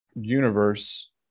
universe